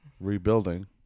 rebuilding